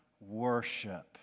worship